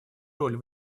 роль